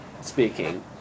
speaking